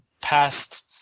Past